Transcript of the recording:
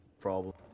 problem